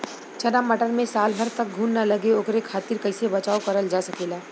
चना मटर मे साल भर तक घून ना लगे ओकरे खातीर कइसे बचाव करल जा सकेला?